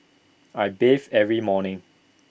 I bathe every morning